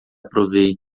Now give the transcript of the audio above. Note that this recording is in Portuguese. provei